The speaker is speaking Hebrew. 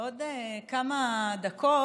בעוד כמה דקות,